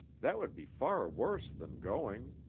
that would be far worse than going.